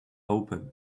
open